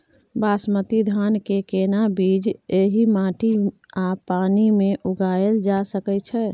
बासमती धान के केना बीज एहि माटी आ पानी मे उगायल जा सकै छै?